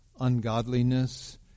ungodliness